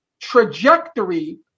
trajectory